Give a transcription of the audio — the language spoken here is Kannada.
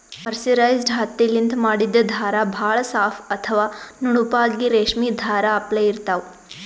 ಮರ್ಸಿರೈಸ್ಡ್ ಹತ್ತಿಲಿಂತ್ ಮಾಡಿದ್ದ್ ಧಾರಾ ಭಾಳ್ ಸಾಫ್ ಅಥವಾ ನುಣುಪಾಗಿ ರೇಶ್ಮಿ ಧಾರಾ ಅಪ್ಲೆ ಇರ್ತಾವ್